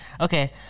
Okay